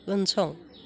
उनसं